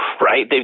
right